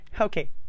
okay